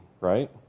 right